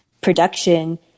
production